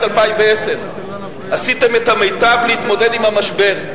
2010. עשיתם את המיטב להתמודד עם המשבר,